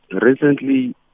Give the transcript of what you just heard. recently